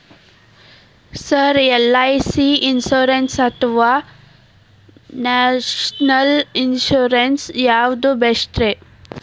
Sir LIC insurance ಅಥವಾ national insurance ಯಾವುದು ಬೆಸ್ಟ್ರಿ?